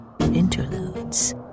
interludes